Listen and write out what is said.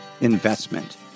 Investment